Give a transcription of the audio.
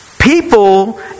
people